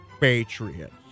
Patriots